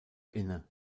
inne